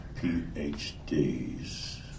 PhDs